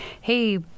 hey